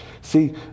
See